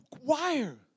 wire